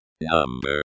Number